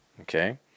okay